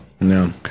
no